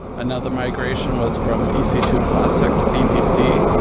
another migration was from e c two classic to vpc.